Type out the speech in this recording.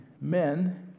men